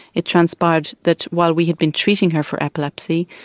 it transpired that while we had been treating her for epilepsy,